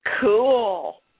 Cool